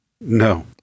No